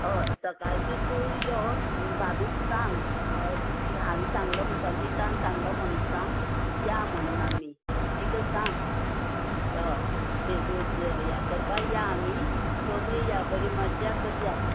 हय सकाळचे तूं यो भाभीक सांग हांवे सांगला म्हण सांग नितान सांगला म्हण सांग या म्हणोन आमी तिका सांग हय ते तूं हे करपा या आमी सगळी या बरी मज्जा करीया